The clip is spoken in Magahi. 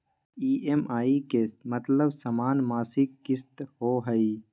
ई.एम.आई के मतलब समान मासिक किस्त होहई?